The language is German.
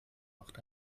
macht